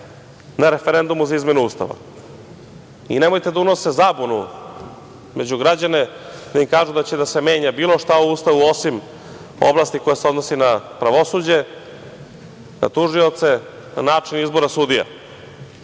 na referendumu za izmenu Ustava? Nemojte da unose zabunu među građane, da im kažu da će da se menja bilo šta u Ustavu osim oblasti koja se odnosi na pravosuđe, na tužioce, na način izbora sudija. Nego,